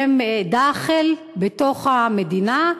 דאח'ל, שהם בתוך המדינה,